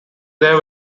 their